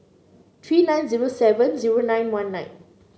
three nine zero seven zero nine one nine